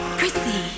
Chrissy